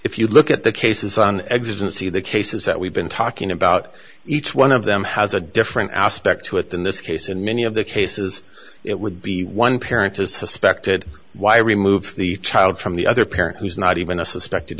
if you look at the cases on existent see the cases that we've been talking about each one of them has a different aspect to it than this case and many of the cases it would be one parent is suspected why remove the child from the other parent who's not even a suspected